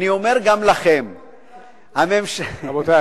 רבותי,